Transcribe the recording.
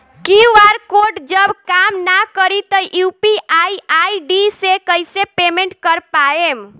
QR code जब काम ना करी त यू.पी.आई आई.डी से कइसे पेमेंट कर पाएम?